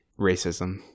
racism